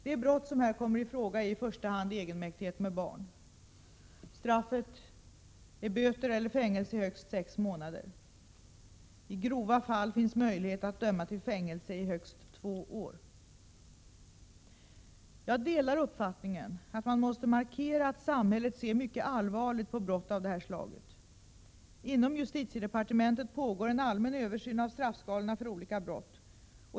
Det brott som här kommer i fråga är i första hand egenmäktighet med barn . Straffet är böter eller fängelse i högst sex månader. I grova fall finns möjlighet att döma till fängelse i högst två år. Jag delar uppfattningen att man måste markera att samhället ser mycket allvarligt på brott av det här slaget. Inom justitiedepartementet pågår en allmän översyn av straffskalorna för olika brott.